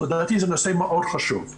ולדעתי זה נושא מאוד חשוב.